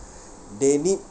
they need